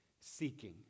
seeking